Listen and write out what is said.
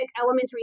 elementary